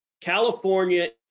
california